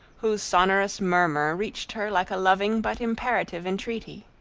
whose sonorous murmur reached her like a loving but imperative entreaty.